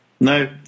No